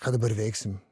ką dabar veiksim